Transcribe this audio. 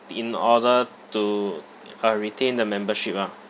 in order to uh retain the membership ah